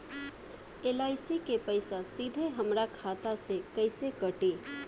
LIC के पईसा सीधे हमरा खाता से कइसे कटी?